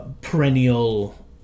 perennial